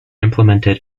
implemented